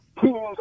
teams